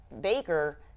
Baker